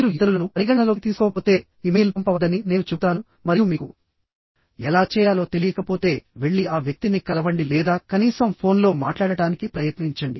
మీరు ఇతరులను పరిగణనలోకి తీసుకోకపోతే ఇమెయిల్ పంపవద్దని నేను చెబుతాను మరియు మీకు ఎలా చేయాలో తెలియకపోతే వెళ్లి ఆ వ్యక్తిని కలవండి లేదా కనీసం ఫోన్లో మాట్లాడటానికి ప్రయత్నించండి